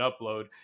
upload